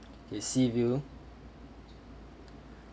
okay sea view